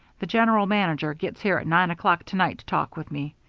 the general manager gets here at nine o'clock to-night to talk with me.